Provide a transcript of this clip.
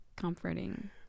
Comforting